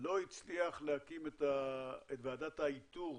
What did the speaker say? ולא הצליח להקים את ועדת האיתור